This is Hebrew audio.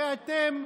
הרי אתם,